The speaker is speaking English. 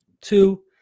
two